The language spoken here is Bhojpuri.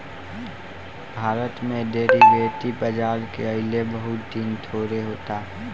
भारत में डेरीवेटिव बाजार के अइले बहुत दिन थोड़े होता